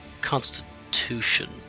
constitution